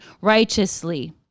righteously